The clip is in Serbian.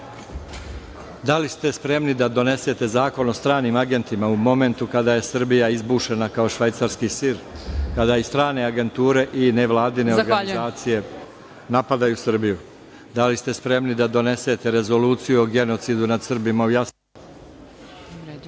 li ste spremni da donesete zakon o stranim agentima u momentu kada je Srbija izbušena kao švajcarski sir, kada i strane agenture i nevladine organizacije napadaju Srbiju? Da li ste spremni da donesete rezoluciju o genocidu nad Srbima u Jasenovcu?